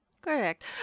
Correct